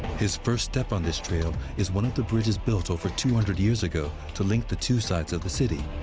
his first step on this trail is one of the bridges built over two hundred years ago to link the two sides of the city.